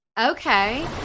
Okay